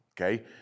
okay